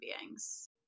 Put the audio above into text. beings